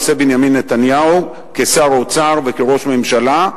נושא בנימין נתניהו כשר האוצר וכראש ממשלה.